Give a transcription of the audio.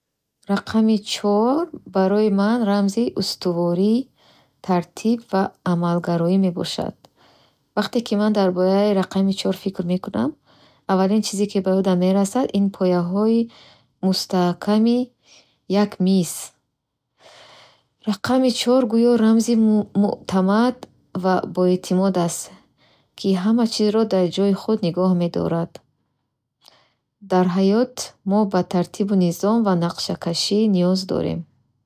Рақами чор барои ман рамзи устуворӣ, тартиб ва амалгароӣ мебошад. Вақте ки ман дар бораи рақами чор фикр мекунам, аввалин чизе, ки ба ёдам мерасад ин пояҳои мустаҳками як миз. Рақами чор гӯё рамзи муътамад ва боэътимод аст, ки ҳама чизро дар ҷойи худ нигоҳ медорад. Дар ҳаёт мо ба тартибу низом ва нақшакашӣ ниёз дорем.